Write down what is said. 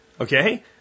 Okay